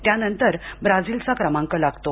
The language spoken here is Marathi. त्यानंतर ब्राझिलचा क्रमांक लागतो